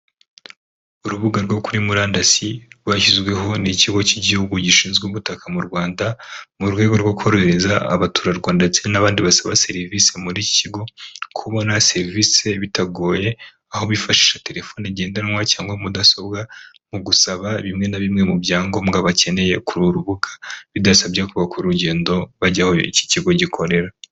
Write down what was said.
Urubuga rwo kuri murandasi rwashyizweho n'ikigo cy'igihugu gishinzwe ubutaka mu Rwanda mu rwego rwo korohereza abaturarwanda ndetse n'abandi basaba serivisi muri kigo kubona serivisi bitagoye aho bifashisha telefone ngendanwa cyangwa mudasobwa mu gusaba bimwe na bimwe mu byangombwa bakeneye kuru rubuga bidasabye ko bakora urugendo bajyaho iki kigo gikorera.